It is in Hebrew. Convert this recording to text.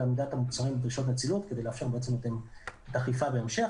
עמידת המוצרים בדרישות נצילות כדי לאפשר אכיפה בהמשך.